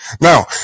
Now